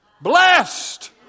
Blessed